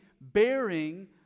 bearing